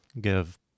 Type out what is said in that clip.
give